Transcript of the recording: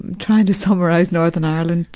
trying to summarize northern ireland,